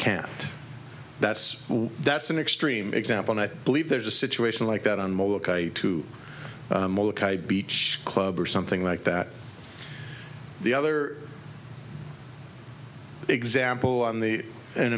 can't that's that's an extreme example i believe there's a situation like that on to beach club or something like that the other example on the in